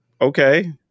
okay